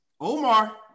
Omar